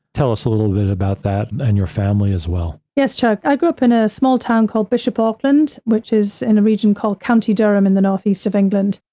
tell us a little bit about that and your family as well. yes, chuck. i grew up in a small town called bishop auckland, which is in a region called county durham in the northeast of england.